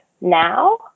now